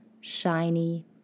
shiny